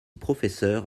professeur